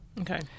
okay